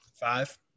Five